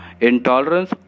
intolerance